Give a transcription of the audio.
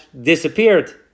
disappeared